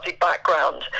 background